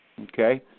Okay